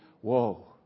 Whoa